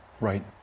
Right